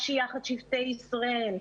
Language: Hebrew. "יש"י-יחד שבטי ישראל".